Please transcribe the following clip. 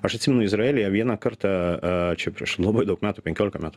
aš atsimenu izraelyje vieną kartą a čia prieš labai daug metų penkiolika metų